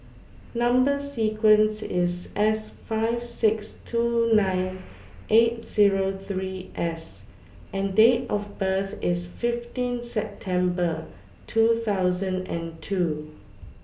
Number sequence IS S five six two nine eight Zero three S and Date of birth IS fifteen September two thousand and two